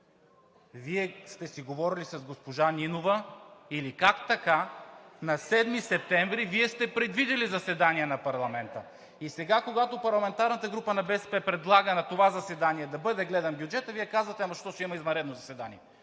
Вие сте си говорили с госпожа Нинова или как така на 7 септември сте предвидили заседание на парламента?! И сега, когато парламентарната група на „БСП за България“ предлага на това заседание да бъде гледан бюджетът, Вие казвате: ама защо ще има извънредно заседание?